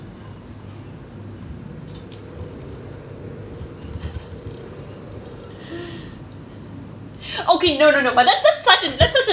okay no no no but that's such such that's such a